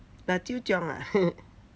la jiu jiang ah